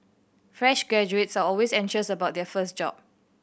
fresh graduates are always anxious about their first job